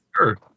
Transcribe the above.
Sure